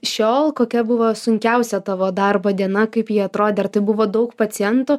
šiol kokia buvo sunkiausia tavo darbo diena kaip ji atrodė ar tai buvo daug pacientų